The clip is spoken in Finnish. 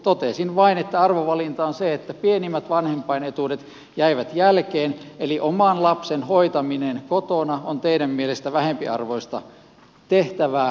totesin vain että arvovalinta on se että pienimmät vanhempainetuudet jäivät jälkeen eli oman lapsen hoitaminen kotona on teidän mielestänne vähempiarvoista tehtävää kuin työn hakeminen